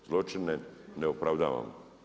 Zločine ne opravdavam.